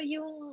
Yung